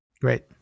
Great